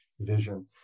vision